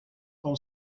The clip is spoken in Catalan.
pel